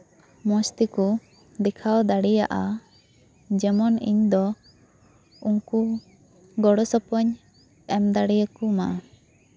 ᱢᱚᱡᱽ ᱛᱮᱠᱚ ᱫᱮᱠᱷᱟᱣ ᱫᱟᱲᱮᱭᱟᱜᱼᱟ ᱡᱮᱢᱚᱱ ᱤᱧ ᱫᱚ ᱩᱱᱠᱩ ᱜᱚᱲᱚ ᱥᱚᱯᱚᱦᱚᱫ ᱤᱧ ᱮᱢ ᱫᱟᱲᱮ ᱠᱚ ᱢᱟ